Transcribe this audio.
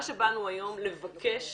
מה שבאנו היום לבקש